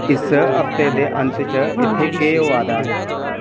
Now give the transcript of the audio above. इस हफ्ते दे अंत च इत्थें केह् होआ दा ऐ